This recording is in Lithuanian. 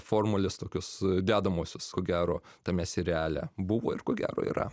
formulės tokios dedamosios ko gero tame seriale buvo ir ko gero yra